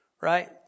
Right